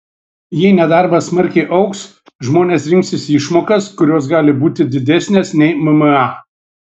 jei nedarbas smarkiai augs žmonės rinksis išmokas kurios gali būti didesnės nei mma